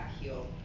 heel